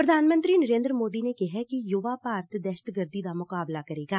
ਪ੍ਰਧਾਨ ਮੰਤਰੀ ਨਰੇਦਰ ਮੋਦੀ ਨੇ ਕਿਹੈ ਕਿ ਯੁਵਾ ਭਾਰਤ ਦਹਿਸ਼ਤਗਰਦੀ ਦਾ ਮੁਕਾਬਲ ਕਰੇਗਾ